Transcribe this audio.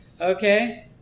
Okay